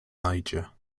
niger